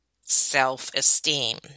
self-esteem